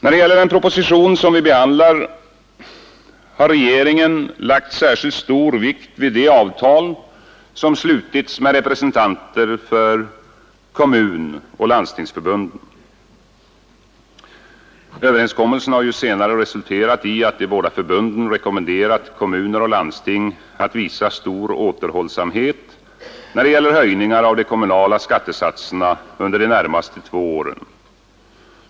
I den proposition som vi behandlar har regeringen lagt särskilt stor vikt vid det avtal som slutits med representanter för kommunoch landstingsförbunden. Överenskommelsen har senare resulterat i att de båda förbunden rekommenderat kommuner och landsting att visa stor återhållsamhet när det gäller höjningar av de kommunala skattesatserna under de närmaste två åren.